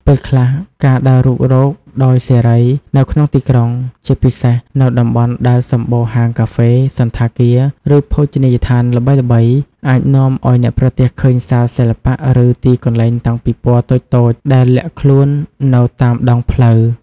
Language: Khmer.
ពេលខ្លះ ការដើររុករកដោយសេរីនៅក្នុងទីក្រុង ជាពិសេសនៅតំបន់ដែលសម្បូរហាងកាហ្វេ សណ្ឋាគារ ឬភោជនីយដ្ឋានល្បីៗ អាចនាំឲ្យអ្នកប្រទះឃើញសាលសិល្បៈ ឬទីកន្លែងតាំងពិពណ៌តូចៗដែលលាក់ខ្លួននៅតាមដងផ្លូវ។